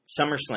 SummerSlam